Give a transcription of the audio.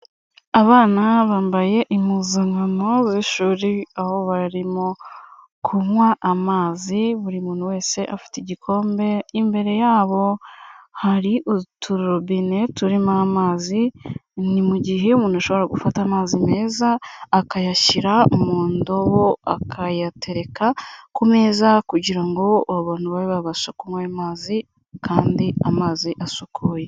Abana bambaye impuzankano z'ishuri, aho barimo kunywa amazi, buri muntu wese afite igikombe imbere yabo hari uturobine turimo amazi ni mu gihe umuntu ashobora gufata amazi meza akayashyira mu ndobo akayatereka ku meza kugira ngo abantu babe babasha kunywa ayo mazi kandi amazi asukuye.